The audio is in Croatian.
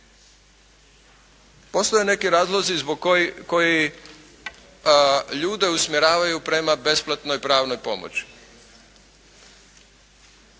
Postoje neki razlozi koji ljude usmjeravaju prema besplatnoj pravnoj pomoći.